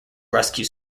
rescue